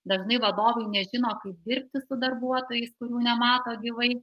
dažnai vadovai nežino kaip dirbti su darbuotojais kurių nemato gyvai